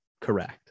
correct